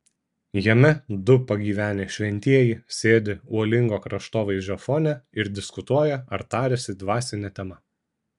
jame du pagyvenę šventieji sėdi uolingo kraštovaizdžio fone ir diskutuoja ar tariasi dvasine tema